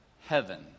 heaven